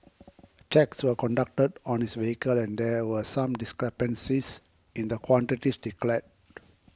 checks were conducted on his vehicle and there were some discrepancies in the quantities declared